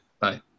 Bye